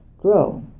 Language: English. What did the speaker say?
grow